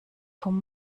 vom